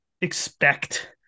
expect